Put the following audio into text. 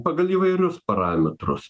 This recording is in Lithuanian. pagal įvairius parametrus